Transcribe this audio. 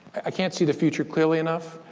i can't see the future clearly enough.